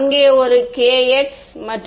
அங்கே என்ன மாதிரியான வேவ் இருக்கும்